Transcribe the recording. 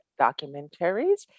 documentaries